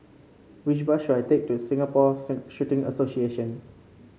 which bus should I take to Singapore Shooting Association